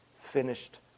finished